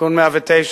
תיקון 109,